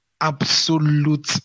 absolute